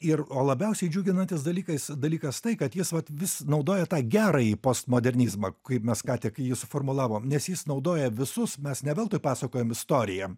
ir o labiausiai džiuginantis dalykas dalykas tai kad jis vat vis naudoja tą gerąjį postmodernizmą kaip mes ką tik jis suformulavom nes jis naudoja visus mes ne veltui pasakojam istoriją